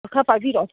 ꯈꯔ ꯄꯥꯏꯕꯤꯔꯛꯑꯣ